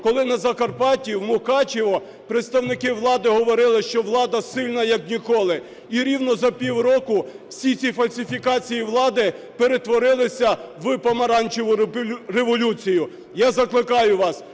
коли на Закарпатті, в Мукачево, представники влади говорили, що влада сильна як ніколи. І рівно за півроку всі ці фальсифікації влади перетворилися в "помаранчеву революцію". Я закликаю вас: